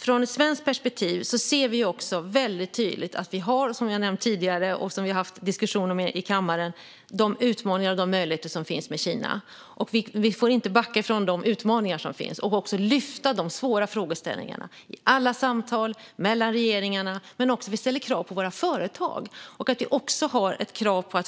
Från ett svenskt perspektiv ser vi väldigt tydligt att vi har - som jag tidigare har nämnt och som vi har haft en diskussion om i kammaren - de här utmaningarna och möjligheterna när det gäller Kina. Vi får inte backa ifrån de utmaningar som finns, och vi måste lyfta också de svåra frågeställningarna i alla samtal mellan regeringarna. Men vi måste också ställa krav på våra företag och kräva